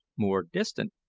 more distant,